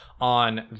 on